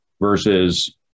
versus